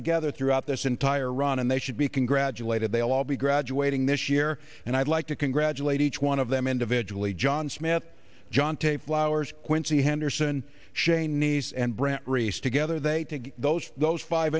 together throughout this entire run and they should be congratulated they'll all be graduating this year and i'd like to congratulate each one of them individually john smit john tape flowers quincy henderson shane nice and brett reese together they take those those five